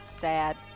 Sad